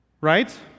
right